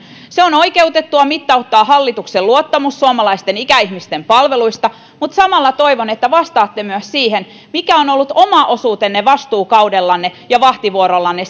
on oikeutettua mittauttaa hallituksen luottamus suomalaisten ikäihmisten palveluista mutta samalla toivon että vastaatte myös siihen mikä on ollut oma osuutenne vastuukaudellanne ja vahtivuorollanne